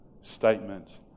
statement